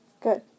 Good